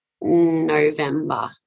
November